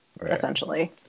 essentially